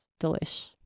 delish